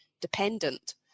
dependent